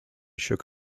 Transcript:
shook